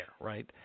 right